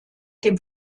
dem